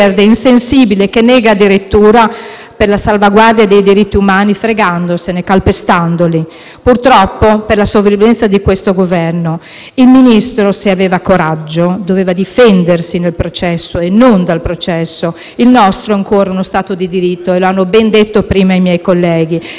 Purtroppo per la sopravvivenza di questo Governo, il Ministro, se aveva coraggio, doveva difendersi nel processo e non dal processo. Il nostro è ancora uno Stato di diritto, come hanno ben detto prima i miei colleghi. Come tutti i cittadini, si sarebbe dovuto sottoporre alla giustizia e difendersi, come era giusto che facesse se pensava